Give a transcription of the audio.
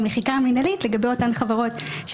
הוועדה בעניין הצעת תקנות החברות (אגרות)